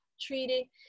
treaty